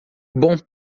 bom